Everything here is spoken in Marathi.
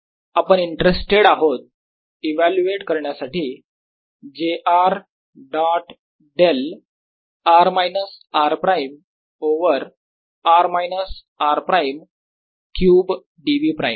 r rr r3dV0j तर आपण इंट्रेस्टेड आहोत इव्हाल्युएट करण्यासाठी j r dot del r minus r prime over r minus r prime cube dv prime